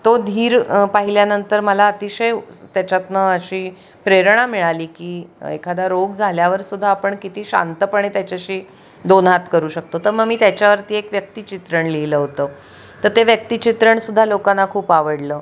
तो धीर पाहिल्यानंतर मला अतिशय त्याच्यातनं अशी प्रेरणा मिळाली की एखादा रोग झाल्यावरसुद्धा आपण किती शांतपणे त्याच्याशी दोन हात करू शकतो तर मग मी त्याच्यावरती एक व्यक्तिचित्रण लिहिलं होतं तर ते व्यक्तिचित्रणसुद्धा लोकांना खूप आवडलं